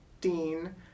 dean